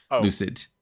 lucid